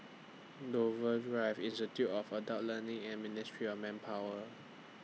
Dover Drive Institute of Adult Learning and Ministry of Manpower